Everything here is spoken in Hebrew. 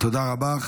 תודה רבה.